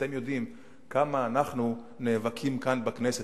אתם יודעים כמה אנחנו נאבקים כאן בכנסת